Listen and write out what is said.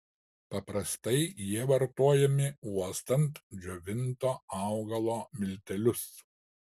paprastai jie vartojami uostant džiovinto augalo miltelius